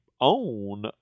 own